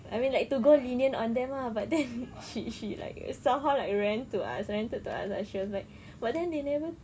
I mean like to go lenient on them ah but then she she like somehow like rant to us ranted to us ah she was like but then they never